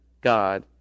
god